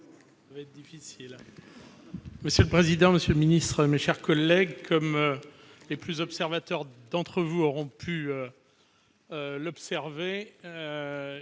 Monsieur le président, monsieur le ministre, mes chers collègues, comme les plus observateurs d'entre vous auront pu le noter,